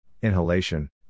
inhalation